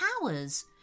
powers